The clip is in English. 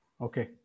Okay